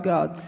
God